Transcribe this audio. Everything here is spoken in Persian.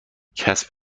کسب